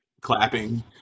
clapping